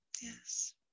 Yes